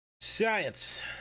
Science